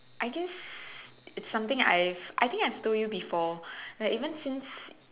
I guess it's something I've I think I've told you before like even since